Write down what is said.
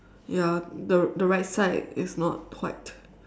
ya the the right side is not white